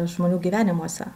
žmonių gyvenimuose